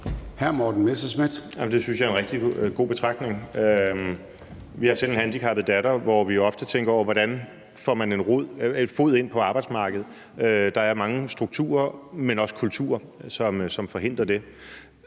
Det synes jeg jo er en rigtig god betragtning. Vi har selv en handicappet datter, og i den forbindelse tænker vi ofte over, hvordan man får en fod ind på arbejdsmarkedet. Der er mange strukturer, men også en kultur, som forhindrer det.